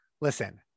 listen